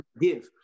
give